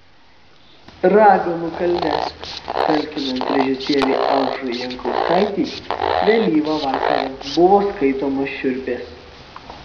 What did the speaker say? raganų kalne talkinant režisierei aušrai jankauskaitei vėlyvą vakarą buvo skaitomos šiurpės